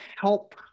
help